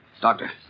Doctor